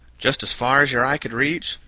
just as far as your eye could reach,